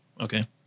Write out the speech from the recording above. okay